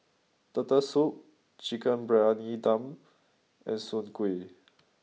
Turtle Soup Chicken Briyani Dum and Soon Kuih